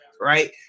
right